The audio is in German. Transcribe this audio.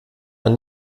man